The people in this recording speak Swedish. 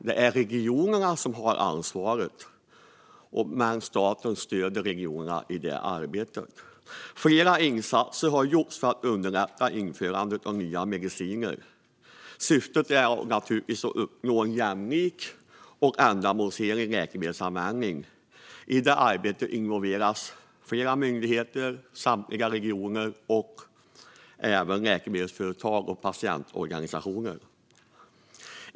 Det är regionerna som har ansvaret, men staten stöder regionerna i det arbetet. Flera olika insatser har gjorts för att underlätta införandet av nya mediciner. Syftet är att uppnå en jämlik och ändamålsenlig läkemedelsanvändning. I det arbetet involveras flera myndigheter, samtliga regioner och även läkemedelsföretag och patientorganisationer.